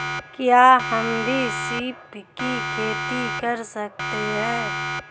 क्या हम भी सीप की खेती कर सकते हैं?